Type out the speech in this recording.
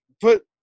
put